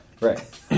Right